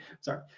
sorry